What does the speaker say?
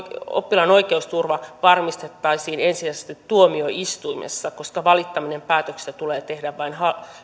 oppilaan oikeusturva varmistettaisiin ensisijaisesti tuomioistuimessa koska valittaminen päätöksestä